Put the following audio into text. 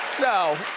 no.